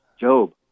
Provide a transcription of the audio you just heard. Job